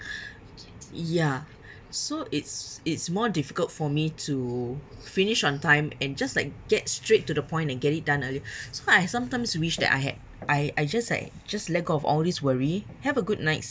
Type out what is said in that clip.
ya so it's it's more difficult for me to finish on time and just like get straight to the point and get it done early so I sometimes wish that I had I I just like just let go of all this worry have a good night's